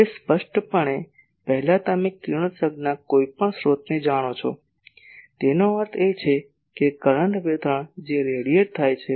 હવે સ્પષ્ટપણે પહેલાં તમે કિરણોત્સર્ગના કોઈપણ સ્ત્રોતને જાણો છો તેનો અર્થ એ છે કે કરંટ વિતરણ જે રેડીયેટ થાય છે